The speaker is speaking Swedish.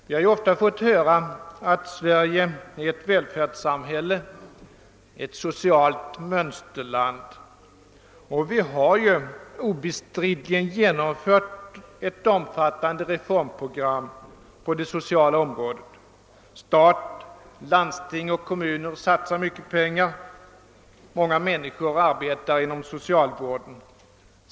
Vi har ofta fått höra att Sverige är ett välfärdssamhälle, ett socialt mönsterland, och vi har obestridligen genomfört ett omfattande reformprogram på det sociala området. Stat, landsting och kommuner satsar mycket pengar, och många människor arbetar inom socialvården.